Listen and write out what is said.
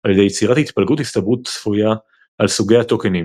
על ידי יצירת התפלגות הסתברות צפויה על סוגי הטוקנים.